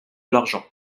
l’argent